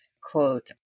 quote